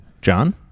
John